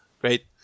Great